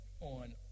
On